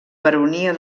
baronia